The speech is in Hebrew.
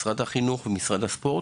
משרד החינוך ומשרד הספורט,